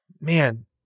man